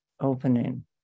Opening